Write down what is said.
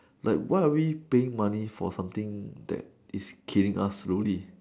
like why are we paying money for something that is killing us slowly